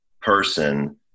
person